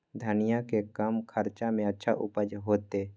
धनिया के कम खर्चा में अच्छा उपज होते?